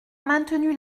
maintenu